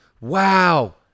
Wow